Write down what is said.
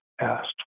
asked